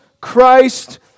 Christ